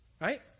Right